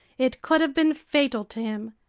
it could have been fatal to him.